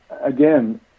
again